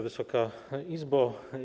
Wysoka Izbo!